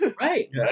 right